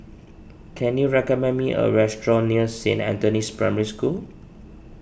can you recommend me a restaurant near Saint Anthony's Primary School